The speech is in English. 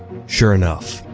sure enough,